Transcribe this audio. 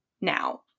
now